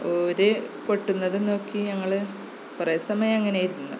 ഓര് കൊട്ടുന്നതും നോക്കി ഞങ്ങൾ കുറേ സമയം അങ്ങനെ ഇരുന്നു